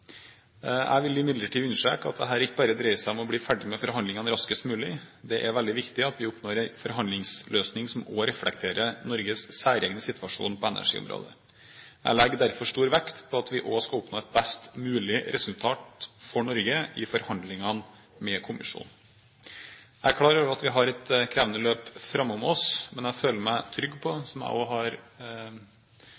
Jeg vil imidlertid understreke at dette ikke bare dreier seg om å bli ferdig med forhandlingene raskest mulig. Det er veldig viktig at vi oppnår forhandlingsløsninger som også reflekterer Norges særegne situasjon på energiområdet. Jeg legger derfor også stor vekt på at vi skal oppnå et best mulig resultat for Norge i forhandlingene med kommisjonen. Jeg er klar over at vi har et krevende løp framfor oss, men jeg føler meg trygg på,